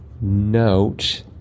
note